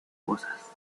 cosas